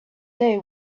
day